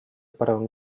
правом